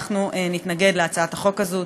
אנחנו נתנגד להצעת החוק הזו.